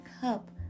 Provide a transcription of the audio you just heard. cup